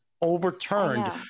overturned